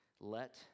Let